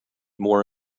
more